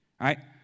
right